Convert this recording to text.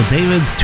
David